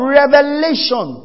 revelation